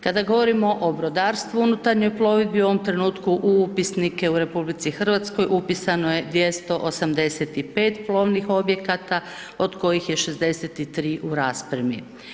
Kada govorimo o brodarstvu u unutarnjoj plovidbi, u ovom trenutku u upisnike u RH, upisano je 285 plovnih objekata, od koji je 63 u raspremi.